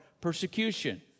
persecution